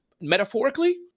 metaphorically